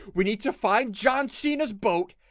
we need to find john cena's boat